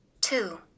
Two